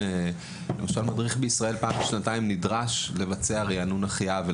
למשל: מדריך בישראל נדרש לבצע ריענון החייאה,